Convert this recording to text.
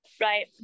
Right